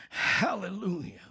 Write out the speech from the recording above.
hallelujah